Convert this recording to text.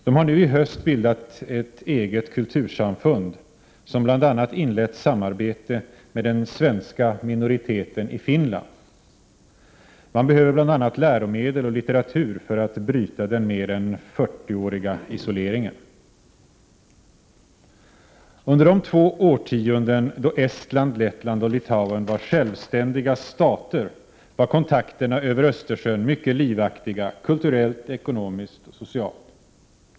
De har nu i höst bildat ett eget kultursamfund som bl.a. inlett samarbete med den svenska minoriteten i Finland. Man behöver t.ex. läromedel och litteratur för att bryta den mer än 40-åriga isoleringen. Under de två årtionden då Estland, Lettland och Litauen var självständiga stater var kontakterna över Östersjön mycket livaktiga kulturellt, ekonomiskt och socialt.